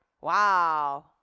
Wow